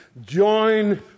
join